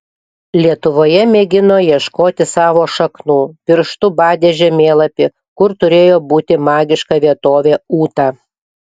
lietuvoje mėgino ieškoti savo šaknų pirštu badė žemėlapį kur turėjo būti magiška vietovė ūta